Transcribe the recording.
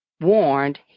warned